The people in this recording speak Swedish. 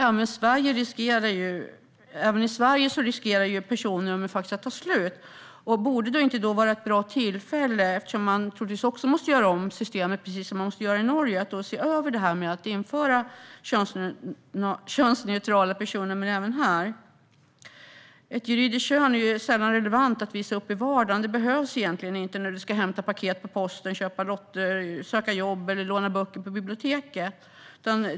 Även i Sverige riskerar personnumren att ta slut. Eftersom vi troligtvis måste göra om systemet, precis som man måste göra i Norge, borde detta vara ett bra tillfälle att se över frågan om att införa könsneutrala personnummer även här. Ett juridiskt kön är sällan relevant att visa upp i vardagen. Det behövs egentligen inte när du ska hämta ut paket på posten, köpa lotter, söka jobb eller låna böcker på biblioteket.